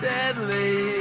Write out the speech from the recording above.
Deadly